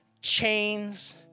chains